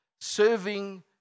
serving